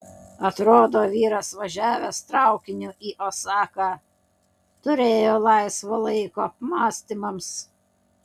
atrodo vyras važiavęs traukiniu į osaką turėjo laisvo laiko apmąstymams